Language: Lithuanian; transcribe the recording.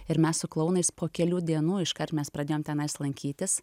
ir mes su klounais po kelių dienų iškart mes pradėjom tenais lankytis